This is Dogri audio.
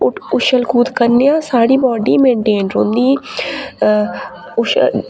उट उच्छल कूद करने आं साढ़ी बाडी मेनटेन रौंह्दी दी उच्छल